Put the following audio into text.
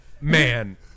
Man